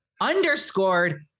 Underscored